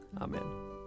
Amen